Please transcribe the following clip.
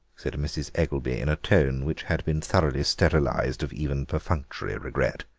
said mrs. eggelby, in a tone which had been thoroughly sterilised of even perfunctory regret.